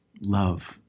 love